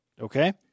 Okay